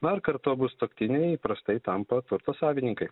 na ir kartu abu sutuoktiniai į prastai tampa turto savininkai